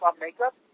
makeup